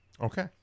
Okay